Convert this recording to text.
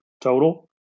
total